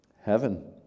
Heaven